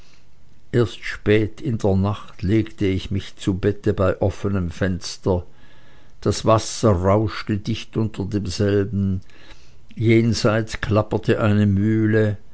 erst spät in der nacht legte ich mich zu bette bei offenem fenster das wasser rauschte dicht unter demselben jenseits klapperte eine mühle